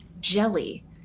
jelly